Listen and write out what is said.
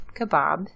kebab